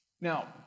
Now